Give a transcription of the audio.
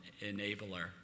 enabler